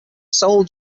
sole